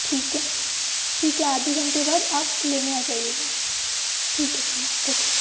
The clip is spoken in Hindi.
ठीक है ठीक है आधे घंटे बाद आप लेने आ जाइएगा ठीक है भैया ओके